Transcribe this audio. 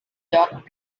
docked